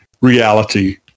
reality